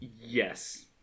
Yes